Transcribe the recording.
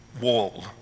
wall